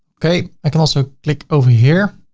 okay. i can also click over here,